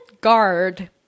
guard